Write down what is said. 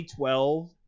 2012